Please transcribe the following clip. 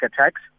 attacks